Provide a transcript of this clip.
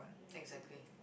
exactly